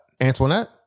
Antoinette